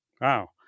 Wow